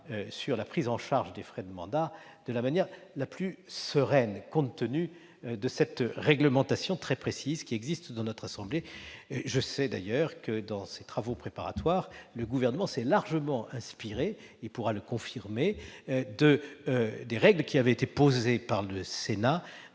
sur la prise en charge des frais de mandat de la manière la plus sereine, compte tenu de la réglementation très précise qui existe dans notre assemblée. Je sais d'ailleurs que, dans ses travaux préparatoires, le Gouvernement s'est largement inspiré- il pourra le confirmer -des règles posées par le Sénat